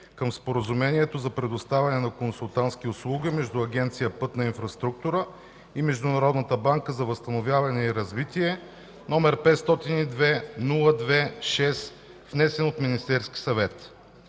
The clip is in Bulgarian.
към Споразумението за предоставяне на консултантски услуги между Агенция „Пътна инфраструктура” и Международната банка за възстановяване и развитие, № 502-02-6, внесен от Министерския съвет